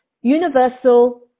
universal